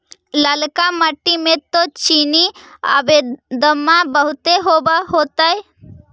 ललका मिट्टी मे तो चिनिआबेदमां बहुते होब होतय?